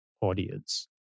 audience